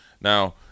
now